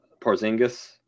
Porzingis